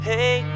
Hey